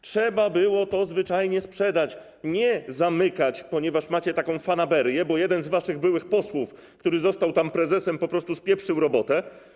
Trzeba było to zwyczajnie sprzedać, nie zamykać, ponieważ macie taką fanaberię, bo jeden z waszych byłych posłów, który został tam prezesem, po prostu spieprzył robotę.